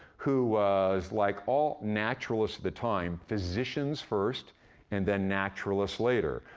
who was, like all naturalists at the time, physicians first and then naturalists later.